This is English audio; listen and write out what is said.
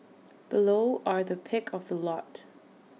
below are the pick of the lot